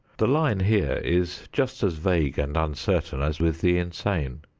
the line here is just as vague and uncertain as with the insane.